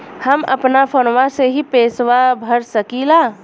हम अपना फोनवा से ही पेसवा भर सकी ला?